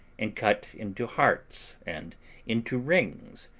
and cut into hearts and into rings,